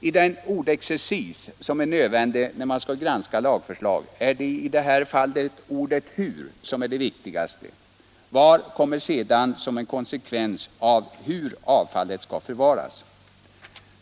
I den ordexercis som är nödvändig när man skall granska lagförslag är i det här fallet ordet ”hur” det viktigaste. Ordet ”var” kommer sedan som en konsekvens av ”hur” avfallet skall förvaras.